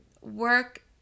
work